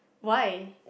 why